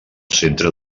centre